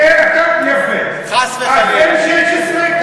חס וחלילה.